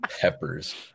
peppers